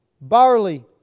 barley